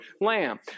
lamb